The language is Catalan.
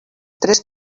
tres